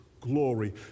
glory